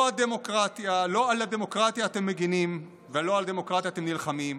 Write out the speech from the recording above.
לא על הדמוקרטיה אתם מגינים ולא על הדמוקרטיה אתם נלחמים,